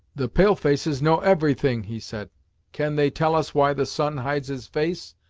the pale-faces know everything, he said can they tell us why the sun hides his face,